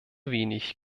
wenig